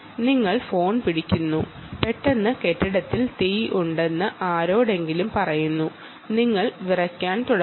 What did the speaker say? നിങ്ങളുടെ കൈയ്യിൽ ഫോൺ ഉണ്ട് പെട്ടെന്ന് കെട്ടിടത്തിൽ തീ ഉണ്ടെന്ന് ആരെങ്കിലും നിങ്ങളോട് പറയുന്നു നിങ്ങൾ പരിഭ്രാന്തനാകാൻ തുടങ്ങുന്നു